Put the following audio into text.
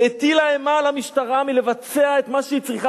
שהטילה אימה על המשטרה מלבצע את מה שהיא צריכה